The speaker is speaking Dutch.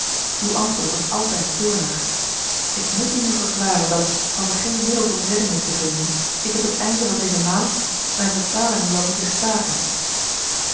uw antwoord was altijd toornig ik moet u nu verklaren dat als er geen middel tot redding is te vinden ik op het einde van deze maand mijne betalingen zal moeten staken